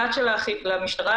חבר הכנסת יואב